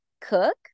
Cook